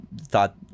thought